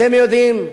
אתם יודעים,